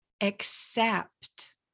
accept